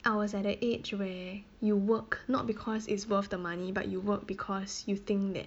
I was at the age where you work not because it's worth the money but you work because you think that